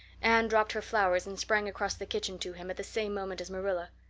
anne dropped her flowers and sprang across the kitchen to him at the same moment as marilla.